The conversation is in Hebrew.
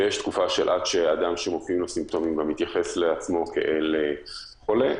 יש תקופה שעד שהאדם שמופיעים לו סימפטומים גם מתייחס לעצמו כאל חולה.